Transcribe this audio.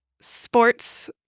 sports